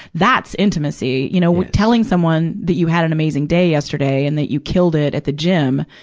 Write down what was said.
that's intimacy. you know, telling someone that you had an amazing day yesterday and that you killed it at the gym,